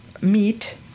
meat